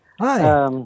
Hi